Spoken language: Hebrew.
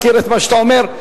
אני מכיר את מה שאתה אומר.